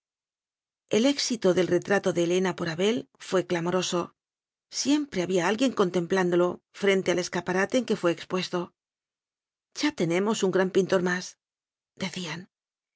el éxito del retrato de helena por abel í'ué clamoroso siempre había alguien con templándolo frente al escaparate en que fué expuesto ya tenemos un gran pintor más decían